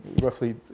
roughly